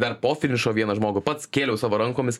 dar po finišo vieną žmogų pats kėliau savo rankomis